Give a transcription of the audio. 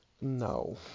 No